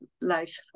life